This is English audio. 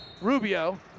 rubio